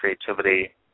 creativity